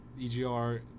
egr